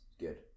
Good